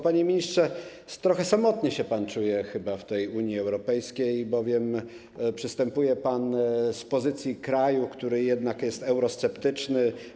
Panie ministrze, trochę samotnie się pan chyba czuje w tej Unii Europejskiej, bowiem przystępuje pan z pozycji kraju, który jednak jest eurosceptyczny.